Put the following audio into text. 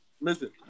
listen